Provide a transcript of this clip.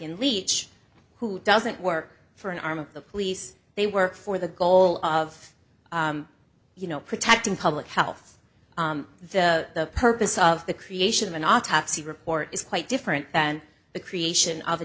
in leach who doesn't work for an arm of the police they work for the goal of you know protecting public health the purpose of the creation of an autopsy report is quite different than the creation of